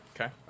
Okay